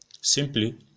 simply